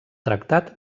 tractat